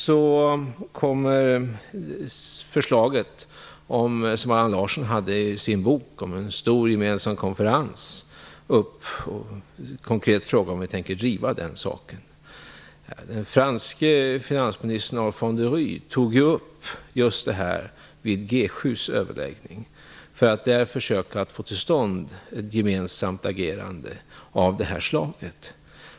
Så till förslaget om en stor gemensam konferens som Allan Larsson hade i sin bok. Den konkreta frågan var om vi tänker driva den saken. Den franske finansministern Alphandéry tog upp just detta vid G7 överläggningen, för att där försöka få till stånd ett gemensamt agerande av det här slaget.